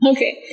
Okay